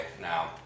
now